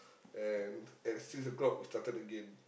and at six o-clock we started again